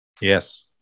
Yes